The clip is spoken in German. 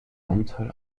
anteil